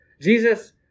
Jesus